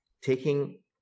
taking